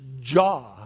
jaw